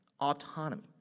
autonomy